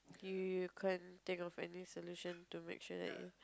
you can't think of any solution to make sure that it's